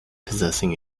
possessing